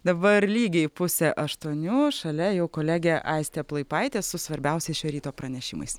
dabar lygiai pusė aštuonių šalia jau kolegė aistė plaipaitė su svarbiausiais šio ryto pranešimais